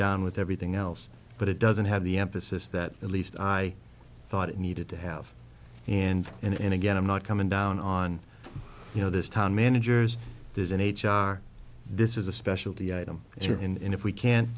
down with everything else but it doesn't have the emphasis that at least i thought it needed to have and and again i'm not coming down on you know this town managers there's an h r this is a specialty item if you're in if we can't